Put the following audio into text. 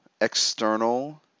external